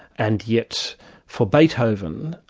and yet for beethoven,